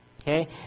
Okay